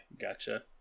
gotcha